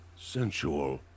sensual